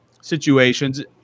situations